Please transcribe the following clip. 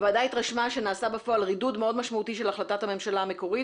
הוועדה התרשמה שנעשה בפועל רידוד מאוד משמעותי של החלטת הממשלה המקורית,